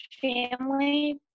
family